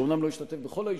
שאומנם לא השתתף בכל הישיבות,